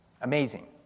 Amazing